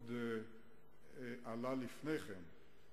לפני כן,